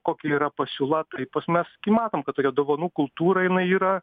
kokia yra pasiūla tai mes gi matom kad tokia dovanų kultūra jinai yra